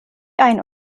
einen